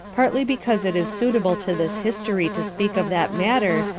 partly because it is suitable to this history to speak of that matter,